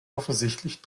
offensichtlich